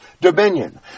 dominion